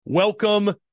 Welcome